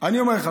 אני אומר לך,